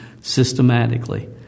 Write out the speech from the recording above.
Systematically